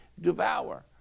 devour